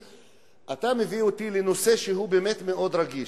אתה מביא אותי לנושא שהוא באמת מאוד רגיש,